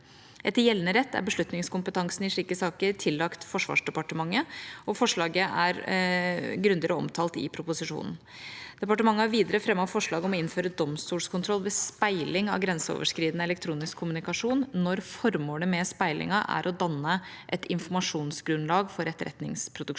Etter gjeldende rett er beslutningskompetansen i slike saker tillagt Forsvarsdepartementet, og forslaget er grundigere omtalt i proposisjonen. Departementet har videre fremmet forslag om å innføre domstolskontroll ved speiling av grenseoverskridende elektronisk kommunikasjon når formålet med speilingen er å danne et informasjonsgrunnlag for etterretningsproduksjonen.